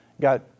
got